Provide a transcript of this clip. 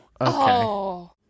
Okay